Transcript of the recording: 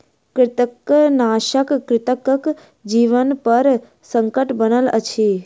कृंतकनाशक कृंतकक जीवनपर संकट बनल अछि